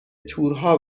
تورها